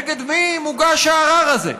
נגד מי מוגש הערר הזה?